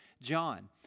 John